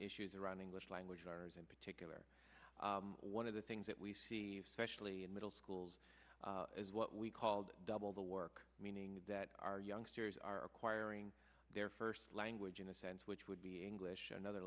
issues around english language learners in particular one of the things that we see specially in middle schools is what we called double the work meaning that our youngsters are acquiring their first language in a sense which would be english another